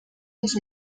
los